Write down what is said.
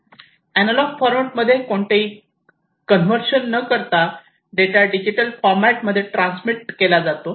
analogue format मध्ये कोणतेही conversion न करता डेटा डिजिटल फॉर्मेट मध्ये ट्रान्समीट केला जातो